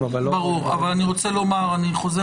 אבל אני אומר לפרוטוקול שמבחינתי אין